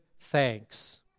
thanks